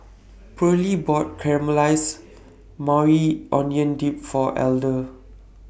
Pearlie bought Caramelized Maui Onion Dip For Elder